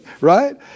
right